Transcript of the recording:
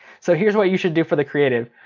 so here's what you should do for the creative.